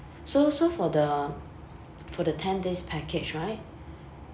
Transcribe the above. so so for the for the ten days package right